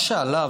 מה שעלה,